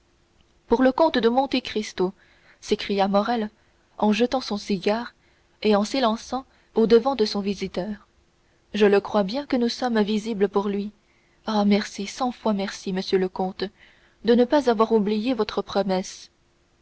pour le comte de monte cristo s'écria morrel en jetant son cigare et en s'élançant au-devant de son visiteur je le crois bien que nous sommes visibles pour lui ah merci cent fois merci monsieur le comte de ne pas avoir oublié votre promesse